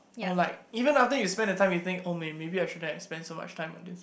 or like even after you spend a time you think oh man maybe I shouldn't have spend so much time on this